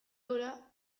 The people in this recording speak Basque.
hura